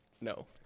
no